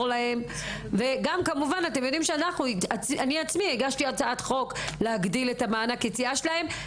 אני הגשתי הצעת חוק להגדלת מענק היציאה שלהם,